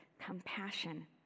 compassion